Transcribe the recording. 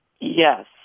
Yes